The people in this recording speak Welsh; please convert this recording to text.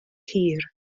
hir